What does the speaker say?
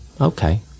okay